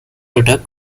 attack